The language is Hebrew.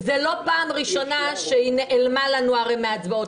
וזאת לא פעם ראשונה שהיא נעלמה לנו מהצבעות.